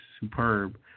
superb